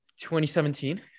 2017